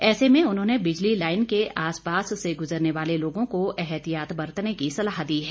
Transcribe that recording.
ऐसे में उन्होंने बिजली लाईन के आसपास से गुजरने वाले लोगों को एहतियात बरतने की सलाह दी है